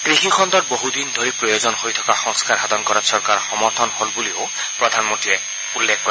কৃষি খণ্ডত বহু দিন ধৰি প্ৰয়োজন হৈ থকা সংস্থাৰ সাধন কৰাত চৰকাৰ সমৰ্থ হল বুলিও প্ৰধানমন্ত্ৰীয়ে উল্লেখ কৰে